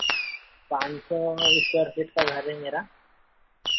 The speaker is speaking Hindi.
पाँच सौ स्क्वायर फीट का घर है मेरा